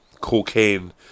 cocaine